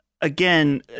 again